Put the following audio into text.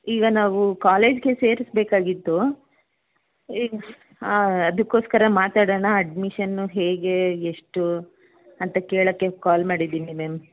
ಈಗ ನಾವು ಕಾಲೇಜ್ಗೆ ಸೇರಿಸ್ಬೇಕಾಗಿತ್ತು ಈ ಅದಕ್ಕೋಸ್ಕರ ಮಾತಾಡೋಣ ಅಡ್ಮಿಶನ್ನು ಹೇಗೆ ಎಷ್ಟು ಅಂತ ಕೇಳೋಕ್ಕೆ ಕಾಲ್ ಮಾಡಿದ್ದೀನಿ ಮ್ಯಾಮ್